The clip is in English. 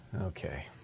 Okay